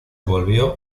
volvió